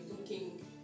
looking